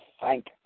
thank